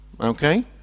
Okay